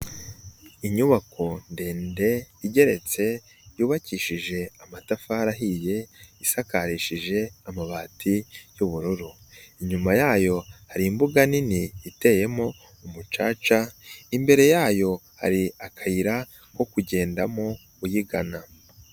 Inyubako ndende igeretse yubakishije amatafari ahiye, isakarishije amabati y'ubururu. Inyuma yayo hari imbuga nini iteyemo umucaca, imbere yayo hari akayira ko kugendamo uyigana.